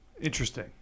Interesting